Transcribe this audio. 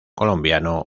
colombiano